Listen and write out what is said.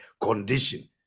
condition